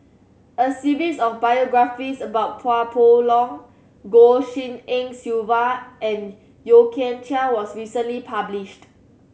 a series of biographies about Chua Poh Leng Goh Tshin En Sylvia and Yeo Kian Chai was recently published